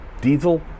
diesel